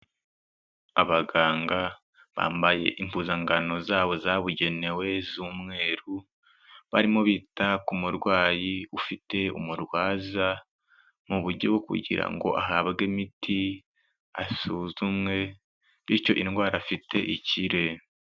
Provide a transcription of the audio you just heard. Abaganga bambaye impuzankano zabo zabugenewe z'umweru, barimo bita ku murwayi ufite umurwaza, mu buryo kugira ngo ahabwe imiti asuzumwe, bityo indwara afite ikire.